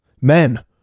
men